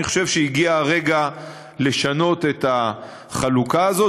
אני חושב שהגיע הרגע לשנות את החלוקה הזאת.